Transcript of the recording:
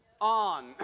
on